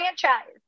franchise